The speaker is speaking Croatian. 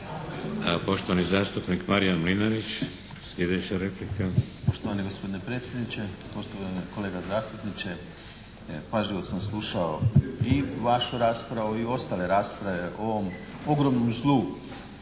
Poštovani zastupnik Marijan Mlinarić, sljedeća replika.